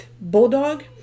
bulldog